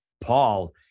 Paul